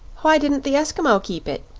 why didn't the eskimo keep it?